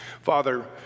Father